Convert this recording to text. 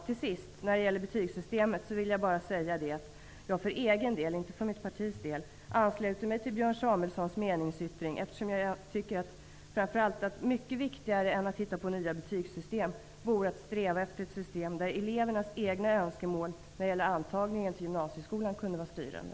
Till sist vill jag, när det gäller betygssystemet, för min egen del -- inte för mitt partis del -- ansluta mig till Björn Samuelsons meningsyttring. Jag tycker att mycket viktigare än att hitta på nya betygssystem vore att sträva efter ett system där elevernas egna önskemål när det gäller antagningen till gymnasieskolan kunde vara styrande.